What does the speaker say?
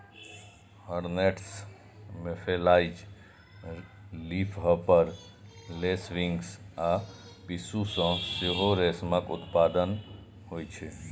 hornets, mayflies, leafhopper, lacewings आ पिस्सू सं सेहो रेशमक उत्पादन होइ छै